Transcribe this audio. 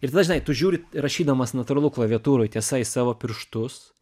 ir tada žinai tu žiūri rašydamas natūralu klaviatūroj tiesa į savo pirštus